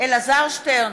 אלעזר שטרן,